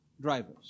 drivers